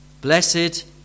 Blessed